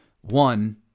One